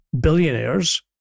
billionaires